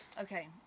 Okay